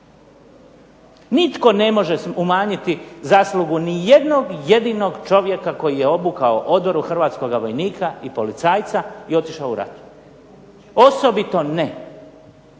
Nitko ne može umanjiti zaslugu ni jednog jedinog čovjeka koji je obukao odoru hrvatskoga vojnika i policajca i otišao u rat, osobito ne